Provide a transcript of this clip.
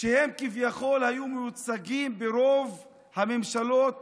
והם כביכול היו מיוצגים ברוב הממשלות